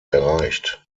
erreicht